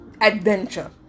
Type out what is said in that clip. adventure